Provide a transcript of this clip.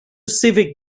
civic